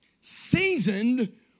seasoned